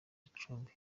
gicumbi